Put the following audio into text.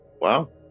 Wow